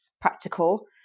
practical